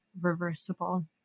reversible